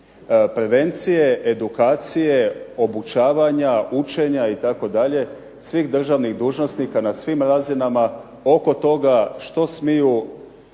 prevencije, edukacije, obučavanja, učenja itd., svih državnih dužnosnika na svim razinama oko toga što smiju